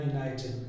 United